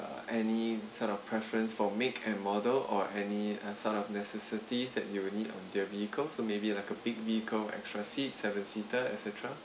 any sort of preference for make and model or any sort of necessities that you'll need on their vehicle so maybe like a big vehicle extra seats seven seater et cetera